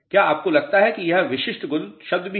क्या आपको लगता है कि यह विशिष्ट गुरुत्व शब्द भी है